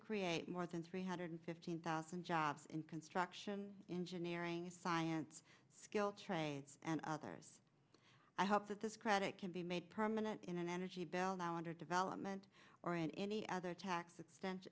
create more than three hundred fifteen thousand jobs in construction engineering science skilled trades and others i hope that this credit can be made permanent in an energy bill now under development or in any other tax exten